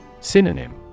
Synonym